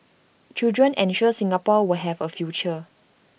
children ensure Singapore will have A future